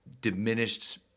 diminished